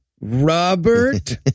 Robert